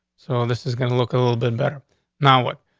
so this is going to look a little bit better now. what?